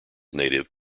native